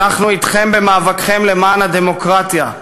אנחנו אתכם במאבקכם למען הדמוקרטיה,